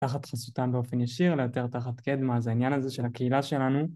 תחת חסותם באופן ישיר, אלא יותר תחת קדמה, זה העניין הזה של הקהילה שלנו.